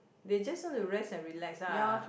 they just want to rest and relax ah